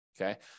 Okay